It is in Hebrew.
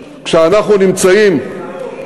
העניים,